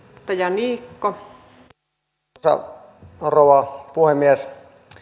arvoisa rouva puhemies